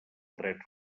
dret